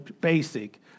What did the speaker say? basic